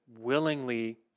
willingly